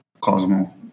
Cosmo